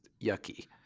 yucky